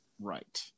Right